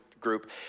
group